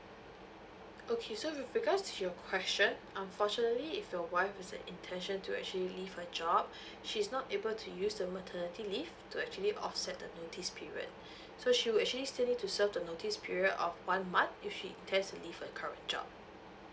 okay so with regards to your question unfortunately if your wife has the intention to actually leave her job she is not able to use the maternity leave to actually offset the notice period so she will actually still need to serve the notice period of one month if she intends to leave her current job